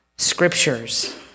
Scriptures